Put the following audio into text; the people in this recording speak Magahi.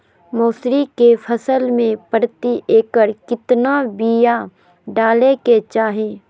मसूरी के फसल में प्रति एकड़ केतना बिया डाले के चाही?